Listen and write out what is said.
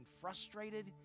frustrated